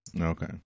Okay